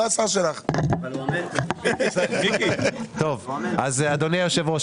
טוב, אז אדוני יושב הראש.